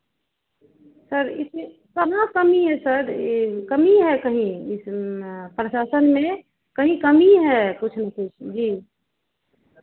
sir इसमें कहाँ कमी है सर ये कमी है कहीं इस प्रशासन में कहीं कमी है कुछ ना कुछ जी